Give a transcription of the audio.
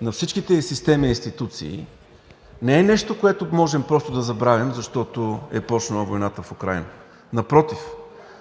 на всичките ѝ системи и институции, не е нещо, което можем просто да забравим, защото е започнала войната в Украйна, напротив